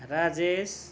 Rajesh